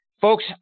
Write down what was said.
Folks